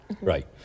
Right